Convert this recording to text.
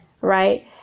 Right